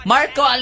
Marco